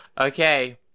Okay